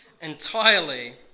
entirely